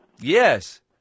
Yes